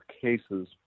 cases